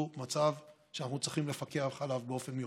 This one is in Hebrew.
מצב שאנחנו צריכים לפקח עליו באופן מיוחד.